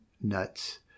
nuts